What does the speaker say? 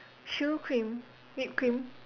choux cream whipped cream